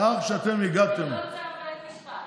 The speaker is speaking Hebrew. זה לא צו בית משפט.